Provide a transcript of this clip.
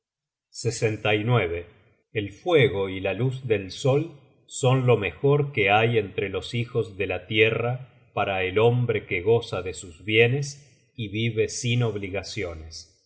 se toma uno el fuego y la luz del sol son lo mejor que hay entre los hijos de la tierra para el hombre que goza de sus bienes y vive sin obligaciones